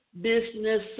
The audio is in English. business